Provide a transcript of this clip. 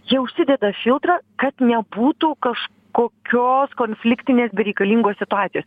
jie užsideda filtrą kad nebūtų kažkokios konfliktinės bereikalingos situacijos